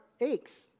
aches